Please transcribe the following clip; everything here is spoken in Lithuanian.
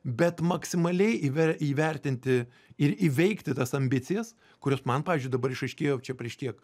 bet maksimaliai įver įvertinti ir įveikti tas ambicijas kurios man pavyzdžiui dabar išaiškėjo čia prieš tiek